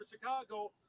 Chicago